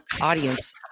audience